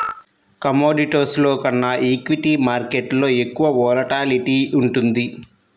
కమోడిటీస్లో కన్నా ఈక్విటీ మార్కెట్టులో ఎక్కువ వోలటాలిటీ ఉంటుంది